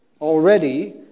already